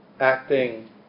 acting